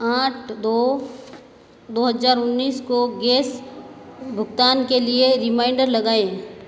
आठ दो दो हज़ार उन्नीस को गैस भुगतान के लिए रिमाइंडर लगाएँ